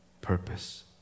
purpose